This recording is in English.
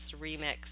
Remix